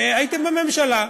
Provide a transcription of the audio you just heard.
הייתם בממשלה.